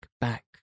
back